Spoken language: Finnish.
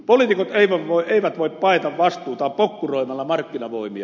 poliitikot eivät voi paeta vastuutaan pokkuroimalla markkinavoimia